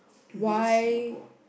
not just Singapore